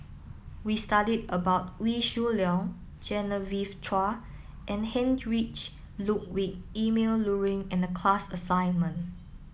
we studied about Wee Shoo Leong Genevieve Chua and Heinrich Ludwig Emil Luering in the class assignment